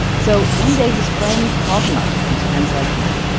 so one day, his friend calls him up. and his friend's like, matt,